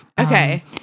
Okay